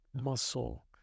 muscle